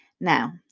Now